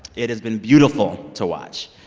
it has been beautiful to watch.